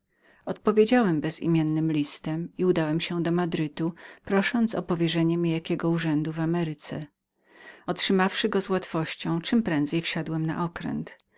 odpowiedziałem mu bezimiennym listem i udałem się do madrytu prosząc o powierzenie mi jakiego urządu w ameryce otrzymawszy go czemprędzej wsiadłem na okręt